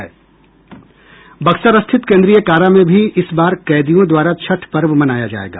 बक्सर स्थित केन्द्रीय कारा में भी इस बार कैदियों द्वारा छठ पर्व मनाया जायेगा